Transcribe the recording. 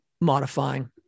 modifying